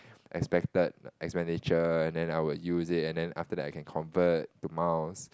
expected expenditure then I will use it and then after that I can convert to miles